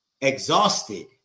exhausted